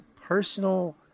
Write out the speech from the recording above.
personal